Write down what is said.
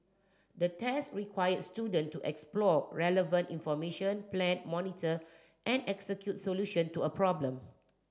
the test required student to explore relevant information plan monitor and execute solution to a problem